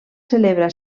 celebra